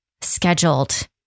scheduled